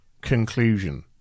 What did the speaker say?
conclusion